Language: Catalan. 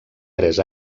tres